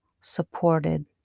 supported